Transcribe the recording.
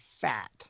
fat